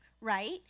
right